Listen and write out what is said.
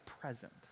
present